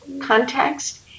context